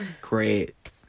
Great